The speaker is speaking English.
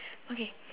okay